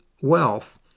wealth